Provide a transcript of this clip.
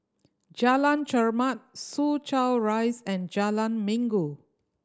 Jalan Chermat Soo Chow Rise and Jalan Minggu